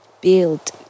build